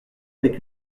avec